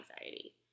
anxiety